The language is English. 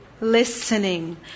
Listening